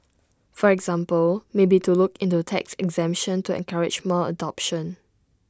for example maybe to look into tax exemption to encourage more adoption